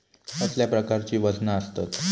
कसल्या प्रकारची वजना आसतत?